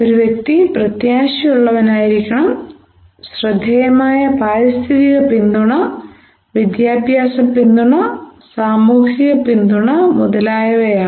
ഒരു വ്യക്തി പ്രത്യാശയുള്ളവനായിരിക്കണം ശ്രദ്ധേയമായ പാരിസ്ഥിതിക പിന്തുണ വിദ്യാഭ്യാസ പിന്തുണ സാമൂഹിക പിന്തുണ മുതലായവയാണ്